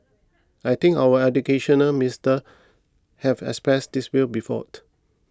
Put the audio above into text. I think our educational minister has expressed this view before